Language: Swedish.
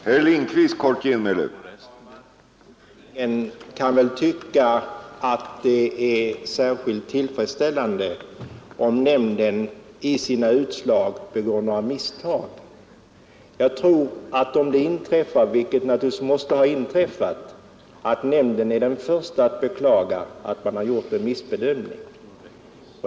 Herr talman! Det är naturligtvis inte särskilt tillfredsställande om nämnden i sina utslag begår misstag. Jag tror att om detta inträffar, och det måste naturligtvis ha inträffat, är nämnden den första att beklaga en sådan felbedömning.